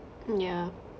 yeah